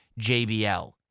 JBL